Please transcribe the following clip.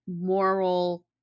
moral